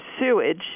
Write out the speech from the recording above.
sewage